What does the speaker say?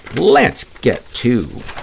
let's get to